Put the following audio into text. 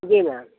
जी ma'am